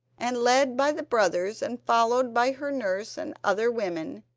and, led by the brothers and followed by her nurse and other women,